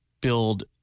build